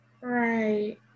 Right